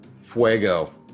Fuego